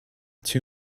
two